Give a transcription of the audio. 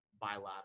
bilateral